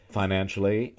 financially